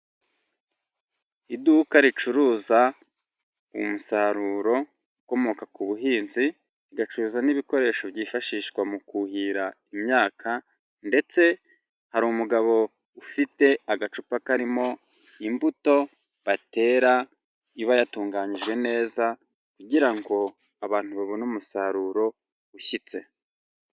Iduka ricuruza umusaruro ukomoka ku buhinzi, rigacuruza n'ibikoresho byifashishwa mu kuhira imyaka ndetse hari umugabo ufite agacupa karimo imbuto batera iba yatunganyijwe neza kugira ngo abantu babone umusaruro ushyitse.